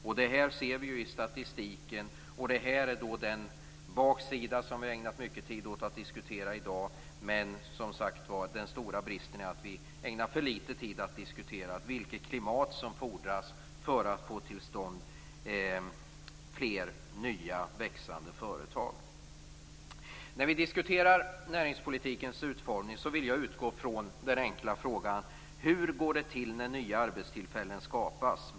Vi ser detta i statistiken, och det är en baksida som vi i dag har ägnat mycket tid åt att diskutera. Den stora bristen är dock att vi ägnar för litet tid åt att diskutera vilket klimat som fordras för att få till stånd fler nya och växande företag. När vi diskuterar näringspolitikens utformning vill jag utgå från den enkla frågan: Hur går det till när nya arbetstillfällen skapas?